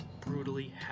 brutally